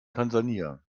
tansania